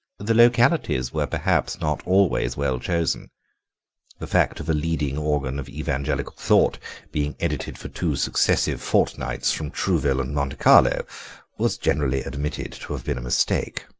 the localities were perhaps not always well chosen the fact of a leading organ of evangelical thought being edited for two successive fortnights from trouville and monte carlo was generally admitted to have been a mistake.